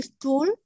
tool